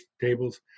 tables